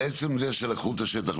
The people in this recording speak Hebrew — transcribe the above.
על עצם זה שלקחו את השטח,